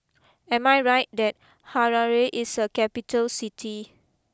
am I right that Harare is a capital City